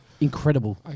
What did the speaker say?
Incredible